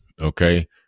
Okay